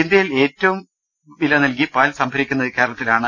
ഇന്ത്യയിൽ ഏറ്റവും കൂടു തൽ വില നൽകി പാൽ സംഭരിക്കുന്നത് കേരളത്തിലാണ്